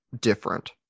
different